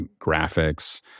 graphics